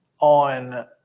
on